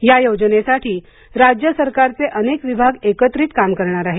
या योजनेसाठी राज्य सरकारचे अनेक विभाग एकत्रित काम करणार आहेत